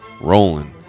rolling